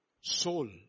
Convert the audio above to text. soul